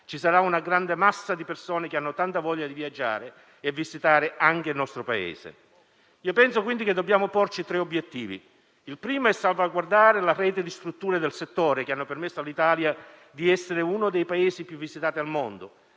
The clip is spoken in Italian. ci sarà una grande massa di persone che ha tanta voglia di viaggiare e visitare anche il nostro Paese. Penso quindi che dobbiamo porci tre obiettivi: il primo è salvaguardare la rete di strutture del settore che ha permesso all'Italia di essere uno dei Paesi più visitati al mondo;